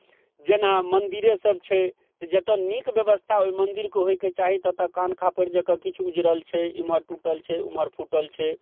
जेना मन्दिरेसब छै तऽ जतऽ नीक बेबस्था ओहि मन्दिरके होइके चाही ततऽ कान खापड़िजकाँ किछु उजड़ल छै एम्हर टुटल छै ओम्हर फुटल छै